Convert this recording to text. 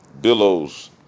billows